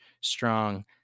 strong